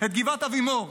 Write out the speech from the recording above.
את גבעת אבימור,